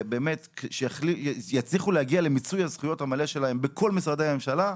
ובאמת שיצליחו להגיע למיצוי הזכויות המלא שלהם בכל משרדי הממשלה.